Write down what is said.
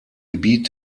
gebiet